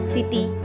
City